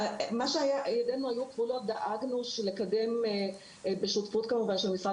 איפה שידינו היו כבולות דאגנו לקדם בשותפות עם משרד